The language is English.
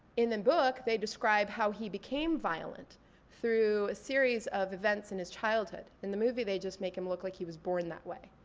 in the book, they describe how he became violent through a series of events in his childhood. in the movie, they just make him look like he was born that way.